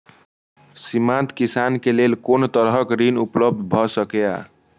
सीमांत किसान के लेल कोन तरहक ऋण उपलब्ध भ सकेया?